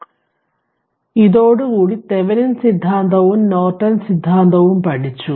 അതിനാൽ ഇതോടു കൂടി തെവെനിൻ സിദ്ധാന്തവും നോർട്ടൺ സിദ്ധാന്തവും പഠിച്ചു